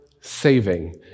saving